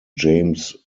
james